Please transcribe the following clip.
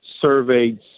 surveyed